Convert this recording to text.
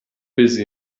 busy